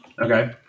Okay